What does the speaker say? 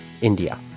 India